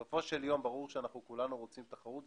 ברור שבסופו של יום אנחנו רוצים תחרות,